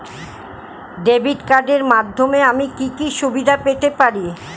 Debit কার্ডের মাধ্যমে আমি কি কি সুবিধা পেতে পারি?